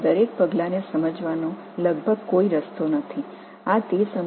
எனவே ஒவ்வொரு செயலும் நிமிட விவரத்தில் புரிந்து கொள்ள கிட்டத்தட்ட வழி இல்லை